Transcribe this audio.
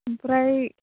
आमफ्राय